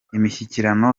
imishyikirano